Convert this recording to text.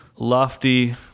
lofty